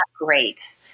great